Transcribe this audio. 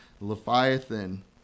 Leviathan